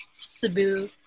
Cebu